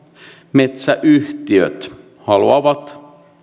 metsäyhtiöt haluavat